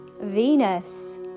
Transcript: Venus